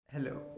Hello